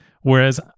Whereas